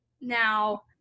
now